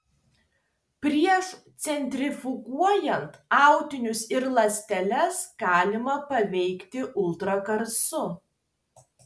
prieš centrifuguojant audinius ir ląsteles galima paveikti ultragarsu